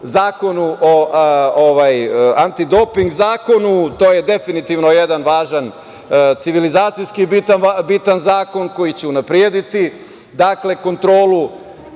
podršku antidoping zakonu, to je definitivno jedan civilizacijski bitan zakon koji će unaprediti kontrolu